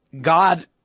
God